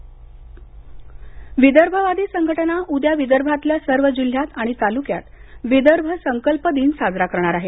विदर्भ विदर्भवादी संघटना उद्या विदर्भातल्या सर्व जिल्ह्यात आणि तालुक्यात विदर्भ संकल्प दिन साजरा करणार आहेत